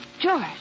George